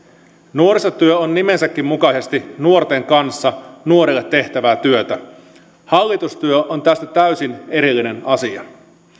nuorisotyö on nimensäkin mukaisesti nuorten kanssa nuorille tehtävää työtä hallitustyö on tästä täysin erillinen asia